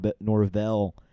Norvell